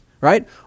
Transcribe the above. right